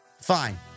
Fine